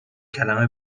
کلمه